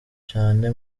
cane